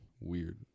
weird